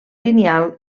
lineal